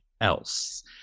else